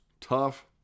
tough